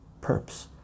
perps